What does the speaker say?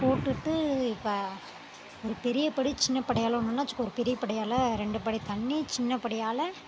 போட்டுட்டு இப்போ ஒரு பெரிய படி சின்ன படியால் ஒன்றுனா வச்சிக்கோ பெரிய படியால் ரெண்டு படி தண்ணீர் சின்ன படியால்